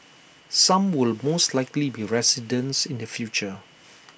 some will most likely be residents in the future